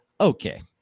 Okay